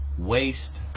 Waste